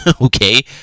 Okay